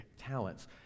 talents